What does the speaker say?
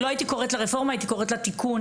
לא הייתי קוראת לה רפורמה הייתי קוראת לה תיקון.